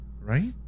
right